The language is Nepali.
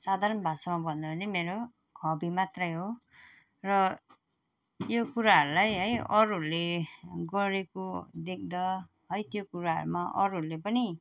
साधारण भाषामा भन्नु भने मेरो हब्बी मात्र हो र यो कुराहरूलाई है अरूहरूले गरेको देख्दा है त्यो कुराहरूमा अरूहरूले पनि